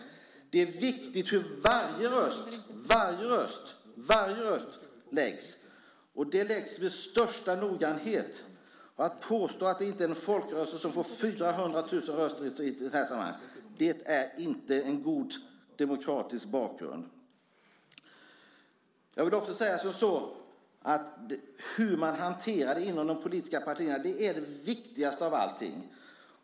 Det är viktigt hur varje röst läggs. Den läggs med största noggrannhet. Att påstå att det inte är en folkrörelse som får 400 000 röster i ett sådant här sammanhang är inte en god demokratisk bakgrund. Jag vill också säga att hur man hanterar det inom de politiska partierna är det viktigaste av allting.